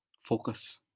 Focus